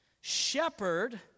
shepherd